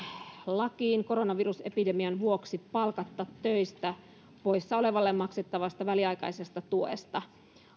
lakiin koronavirusepidemian vuoksi palkatta töistä poissa olevalle maksettavasta väliaikaisesta tuesta